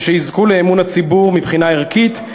ושיזכו לאמון הציבור מבחינה ערכית,